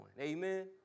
Amen